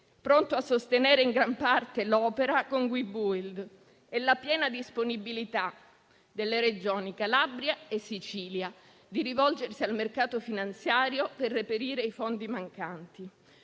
pronto a sostenere in gran parte l'opera con Webuild; e la piena disponibilità delle Regioni Calabria e Sicilia di rivolgersi al mercato finanziario per reperire i fondi mancanti.